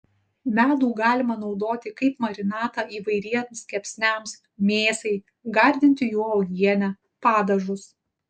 medų galima naudoti kaip marinatą įvairiems kepsniams mėsai gardinti juo uogienę padažus